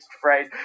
phrase